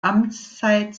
amtszeit